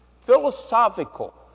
philosophical